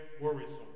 worrisome